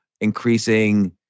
increasing